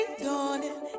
dawning